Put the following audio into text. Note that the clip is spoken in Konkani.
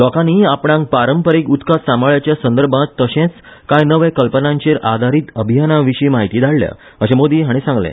लोकानी आपणाक पारंपारिक उदका सांबाळाच्या संदर्भांत तशेंच काय नवे कल्पनांचेर आधारीत अभियानाविशी म्हायती धाडल्या अशें मोदी हाणी सांगले